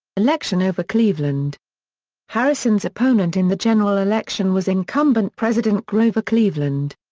election over cleveland harrison's opponent in the general election was incumbent president grover cleveland.